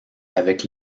avec